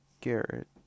Garrett